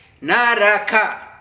Naraka